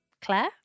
Claire